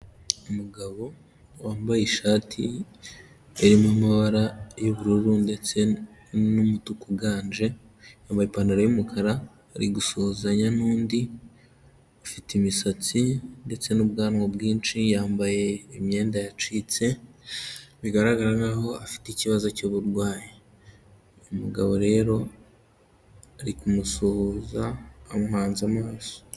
Umugabo wambaye ishati irimo amabara y'ubururu ndetse n'umutuku uganje, yambaye ipantaro y'umukara ari gusuhuzanya n'undi ufite imisatsi ndetse n'ubwanwa bwinshi, yambaye imyenda yacitse bigaragara nk'aho afite ikibazo cy'uburwayi. Uyu umugabo rero ari kumusuhuza amuhanze amaso.